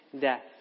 death